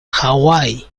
hawái